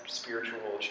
spiritual